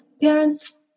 parents